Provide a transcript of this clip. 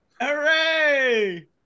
Hooray